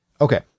Okay